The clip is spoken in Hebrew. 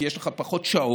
כי יש לך פחות שעות